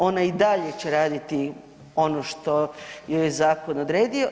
Ona i dalje će raditi ono što joj je zakon odredio.